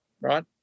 right